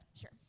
Sure